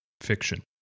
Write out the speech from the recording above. fiction